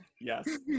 Yes